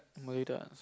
Meridian